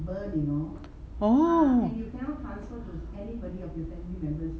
oh